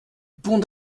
pont